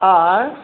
आँय